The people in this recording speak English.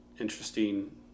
interesting